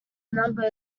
number